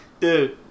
Dude